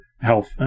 health